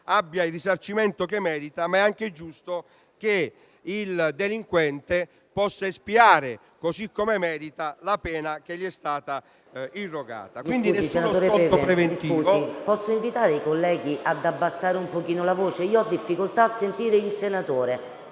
abbia il risarcimento che merita, ma è anche giusto che il delinquente possa espiare, così come merita, la pena che gli è stata irrogata.